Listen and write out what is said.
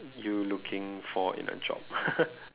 you looking for in a job